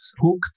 Hooked